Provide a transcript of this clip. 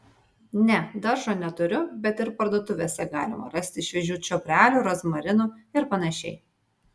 ne daržo neturiu bet ir parduotuvėse galima rasti šviežių čiobrelių rozmarinų ir panašiai